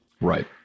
Right